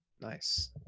Nice